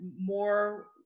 more